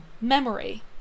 memory